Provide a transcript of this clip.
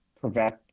prevent